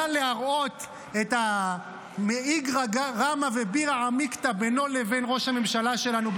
קל להראות את ה"מאיגרא רמה לבירא עמיקתא" בינו לבין ראש הממשלה שלנו,